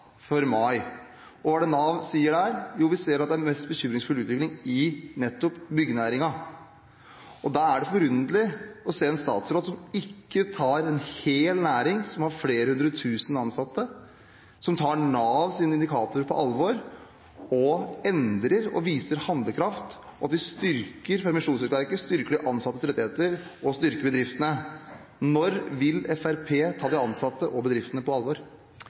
Nav? De sier at de ser at den mest bekymringsfulle utviklingen er nettopp i byggenæringen. Da er det forunderlig å se en statsråd som ikke tar en hel næring, som har flere hundre tusen ansatte, på alvor, og som tar Navs indikatorer på alvor og endrer og viser handlekraft og styrker permitteringsregelverket, styrker de ansattes rettigheter og styrker bedriftene. Når vil Fremskrittspartiet ta de ansatte og bedriftene på alvor?